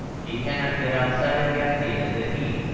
he cannot get outside the idea that he,